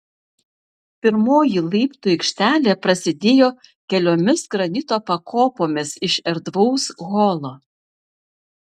pirmoji laiptų aikštelė prasidėjo keliomis granito pakopomis iš erdvaus holo